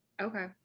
okay